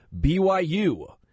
BYU